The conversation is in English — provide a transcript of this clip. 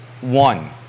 One